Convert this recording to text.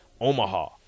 Omaha